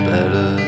Better